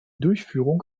durchführung